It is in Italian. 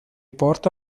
porta